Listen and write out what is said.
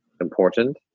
important